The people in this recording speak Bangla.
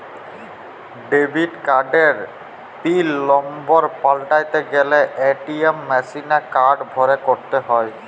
ডেবিট কার্ডের পিল লম্বর পাল্টাতে গ্যালে এ.টি.এম মেশিলে কার্ড ভরে ক্যরতে হ্য়য়